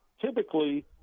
typically